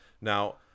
Now